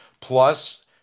plus